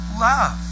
love